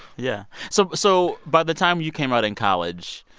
yeah. so so by the time you came out in college,